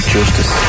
Justice